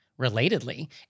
Relatedly